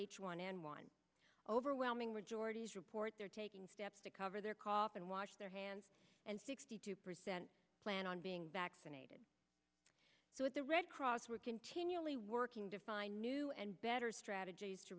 h one n one overwhelming majorities report they're taking steps to cover their cough and wash their hands and sixty two percent plan on being vaccinated with the red cross we're continually working to find new and better strategies to